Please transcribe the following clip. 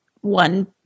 one